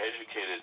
educated